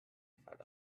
without